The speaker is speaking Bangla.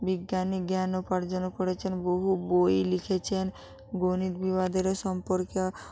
বিজ্ঞানী জ্ঞান উপার্জন করেছেন বহু বই লিখেছেন গণিত বিভাজেরও সম্পর্কে